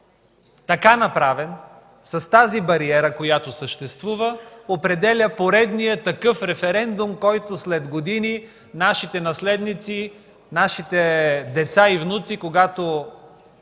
така направен с тази бариера, която съществува, определя поредния такъв референдум, който след години нашите наследници, нашите деца и внуци, когато